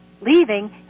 leaving